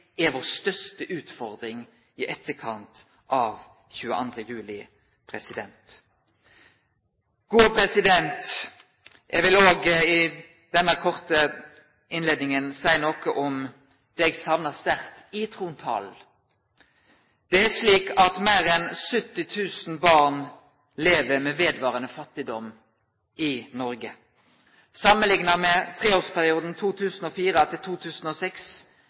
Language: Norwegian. er vår største utfordring i etterkant av 22. juli. Eg vil òg i denne korte innleiinga seie noko om det eg sakna sterkt i trontalen. Det er slik at meir enn 70 000 barn lever med vedvarande fattigdom i Noreg. Samanlikna med treårsperioden